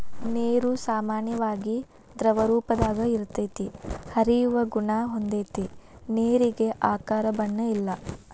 ನೇರು ಸಾಮಾನ್ಯವಾಗಿ ದ್ರವರೂಪದಾಗ ಇರತತಿ, ಹರಿಯುವ ಗುಣಾ ಹೊಂದೆತಿ ನೇರಿಗೆ ಆಕಾರ ಬಣ್ಣ ಇಲ್ಲಾ